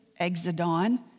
exodon